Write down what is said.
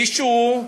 מישהו,